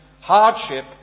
hardship